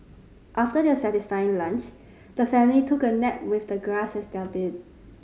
after their satisfying lunch the family took a nap with the grass as their bed